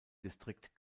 distrikt